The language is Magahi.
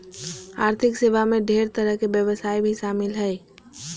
आर्थिक सेवा मे ढेर तरह के व्यवसाय भी शामिल हय